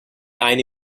eine